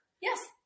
Yes